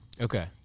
Okay